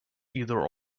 either